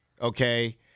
okay